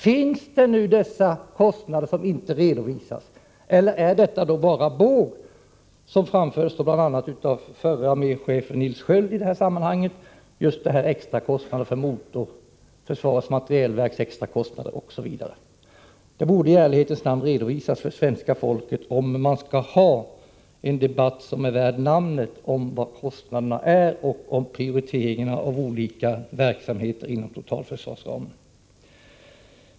Finns det kostnader som inte redovisats eller är det bara båg det som sägs av förre arméchefen Nils Sköld i detta sammanhang? Det borde i ärlighetens namn redovisas för svenska folket, om man skall ha en debatt, som är värd namnet, om kostnaderna och om prioriteringarna av olika verksamheter inom totalförsvarsramen.